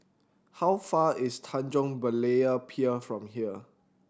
how far is Tanjong Berlayer Pier from here